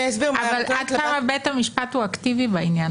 אבל עד כמה בית המשפט הוא אקטיבי בעניין הזה?